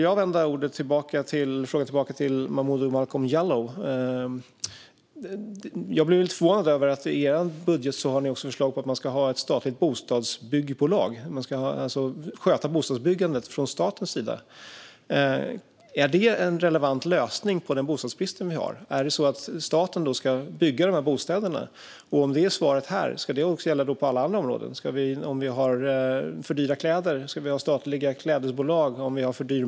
Jag vill ställa en motfråga till Momodou Malcolm Jallow. Jag blev lite förvånad över att ni i er budget har förslag på ett statligt bostadsbyggbolag. Staten ska alltså sköta bostadsbyggandet. Är det en relevant lösning på bostadsbristen? Ska staten bygga bostäderna? Om det är svaret här, ska det också gälla på alla andra områden? Ska vi ha statliga klädbolag om vi tycker att kläderna är för dyra?